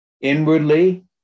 Inwardly